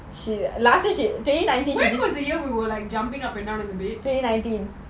when was the year when we were jumping up and down the bed